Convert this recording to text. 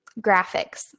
graphics